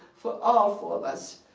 for all four of us.